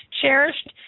cherished